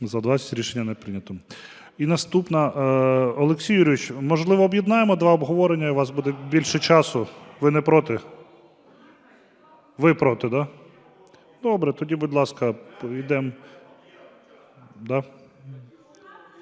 За-20 Рішення не прийнято. І наступна, Олексій Юрійович, можливо, об'єднаємо два обговорення і у вас буде більше часу. Ви не проти? Ви проти, да? Добре, тоді, будь ласка, йдемо...